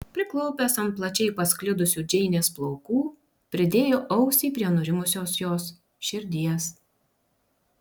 priklaupęs ant plačiai pasklidusių džeinės plaukų pridėjo ausį prie nurimusios jos širdies